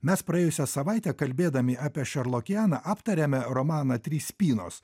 mes praėjusią savaitę kalbėdami apie šerlokianą aptarėme romaną trys spynos